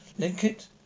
Linkit